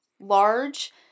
large